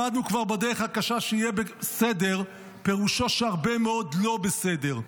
למדנו כבר בדרך הקשה ש"יהיה בסדר" פירושו שהרבה מאוד לא בסדר.